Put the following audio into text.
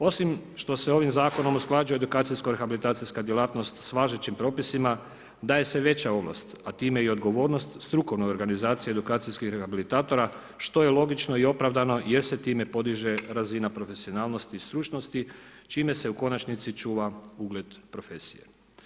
Osim što se ovim zakonom usklađuje edukacijsko rehabilitacijska djelatnost sa važećim propisima daje se veća ovlast a time i odgovornost strukovne organizacije edukacijskih rehabilitatora što je logično i opravdano jer se time podiže razina profesionalnosti i stručnosti čime se u konačnici čuva ugled profesije.